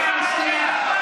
היושב-ראש,